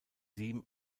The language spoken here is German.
sieben